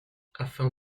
afin